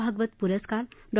भागवत प्रस्कार डॉ